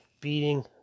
beating